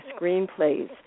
screenplays